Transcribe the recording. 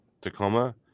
Tacoma